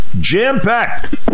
jam-packed